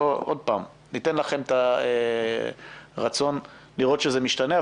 ניתן לכם את האפשרות להראות שזה משתנה,